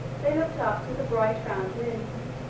they looked up to the bright round moon,